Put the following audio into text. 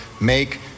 make